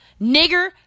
nigger